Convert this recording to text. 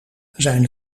zijn